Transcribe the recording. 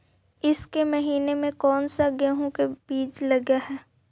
ईसके महीने मे कोन सा गेहूं के बीज लगे है?